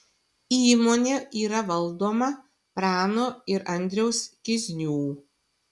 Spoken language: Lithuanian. įmonė yra valdoma prano ir andriaus kiznių